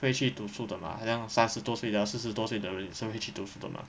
会去读书的嘛好像三十多岁的四十多岁的人也是会去读书的嘛